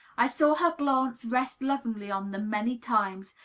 i saw her glance rest lovingly on them many times,